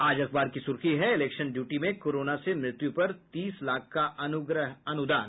आज अखबार की सुर्खी है इलेक्शन ड्यूटी में कोरोना से मृत्यु पर तीस लाख का अनुग्रह अनुदान